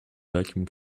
vacuum